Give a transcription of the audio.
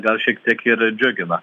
gal šiek tiek ir džiugina